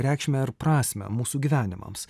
reikšmę ir prasmę mūsų gyvenimams